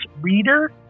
Reader